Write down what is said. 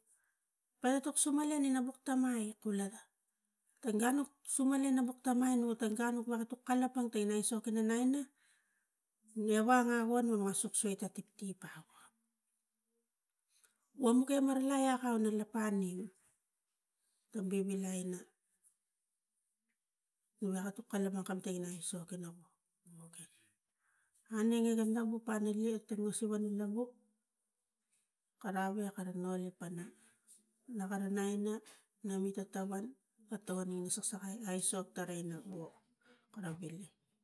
Pata tuk sumalian inia buk tamai kula tang gau nuk sumalian lo gan nuk veka tuk kalapang in tangina aisok inia naina orang agua wo nuk emaralai akau na lapamumu ta bivilai inia nuk veka kalapang in tangina aisok inia wili anang eh ga lavu paliu sivana laru karai eh kara noli pana na kara nainananui ta tauvan ga togon tangina aisok saksakai tara inia inia wili.